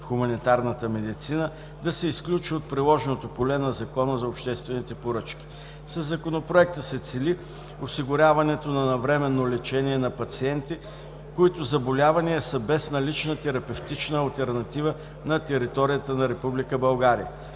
в хуманитарната медицина да се изключи от приложното поле на Закона за обществените поръчки. Със Законопроекта се цели осигуряването на навременно лечение на пациенти, чиито заболявания са без налична терапевтична алтернатива на територията на